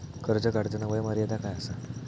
कर्ज काढताना वय मर्यादा काय आसा?